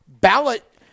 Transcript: ballot